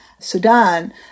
Sudan